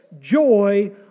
joy